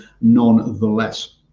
nonetheless